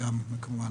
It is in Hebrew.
כמובן,